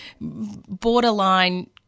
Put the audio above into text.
borderline